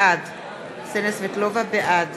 בעד